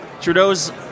Trudeau's